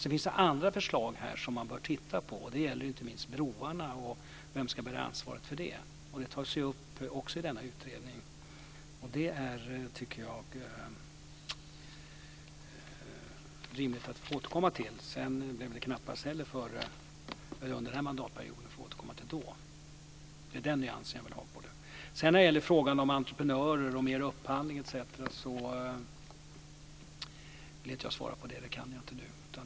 Sedan finns det andra förslag som man bör titta på. Det gäller inte minst vem som ska bära ansvaret för broarna. Den frågan tas också upp i utredningen. Det är rimligt att återkomma till den, men knappast under den här mandatperioden. Det är den nyans jag vill ge. Det har talats om entreprenörer och mer upphandling. Jag vill inte svara på den frågan nu. Det kan jag inte.